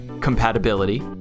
compatibility